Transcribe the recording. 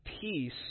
peace